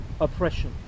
oppression